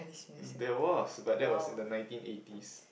there was but that was in the nineteen eighties